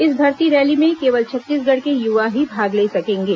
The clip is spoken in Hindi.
इस भर्ती रैली में केवल छत्तीसगढ़ के युवा ही भाग ले सकेंगे